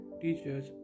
teachers